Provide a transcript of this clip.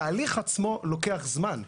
התהליך עצמו לוקח זמן.